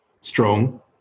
strong